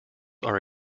are